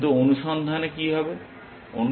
কিন্তু অনুসন্ধানে কি হবে